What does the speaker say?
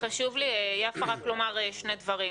חשוב לי לומר שני דברים.